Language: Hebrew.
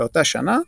באותה שנה,